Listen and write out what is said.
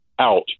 out